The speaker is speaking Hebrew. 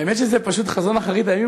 האמת שזה פשוט חזון אחרית הימים,